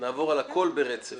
נעבור על הכול ברצף.